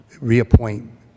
reappoint